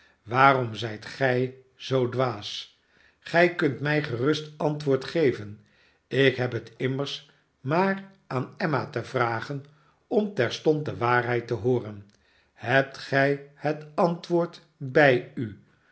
waarom zijt gij zoo dwaas gij kunt mij gerust antwoord geven ik heb het immers maar aan emma te vragen om terstond de waarheid te hooren hebt gij het antwoord bij u